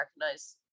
recognize